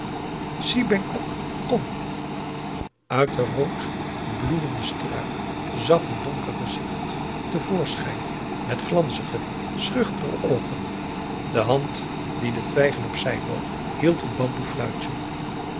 schuilplaats si bengkok kom uit den rood bloeienden struik zag een donker gezicht te voorschijn met glanzige schuchtere oogen de hand die de twijgen opzij boog hield een bamboe fluitje